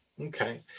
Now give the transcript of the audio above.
Okay